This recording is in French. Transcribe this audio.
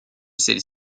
celle